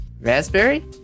Raspberry